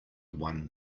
one